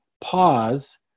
pause